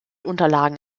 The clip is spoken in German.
unterlagen